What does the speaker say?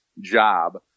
job